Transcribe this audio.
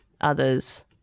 others